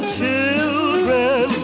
children